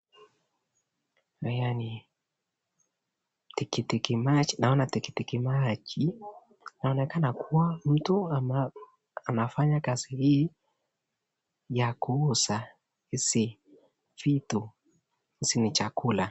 Haya ni tikitiki maji, naona tikitiki maji, naonekana kuwa mtu anafanya kazi hii ya kuuza hizi vitu, hizi ni chakula.